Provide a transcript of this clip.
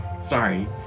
Sorry